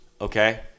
Okay